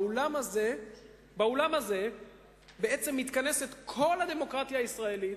באולם הזה בעצם מתכנסת כל הדמוקרטיה הישראלית,